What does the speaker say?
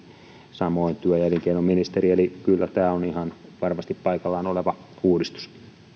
samoin työ ja elinkeinoministeriö eli kyllä tämä on ihan varmasti paikallaan oleva uudistus